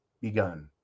begun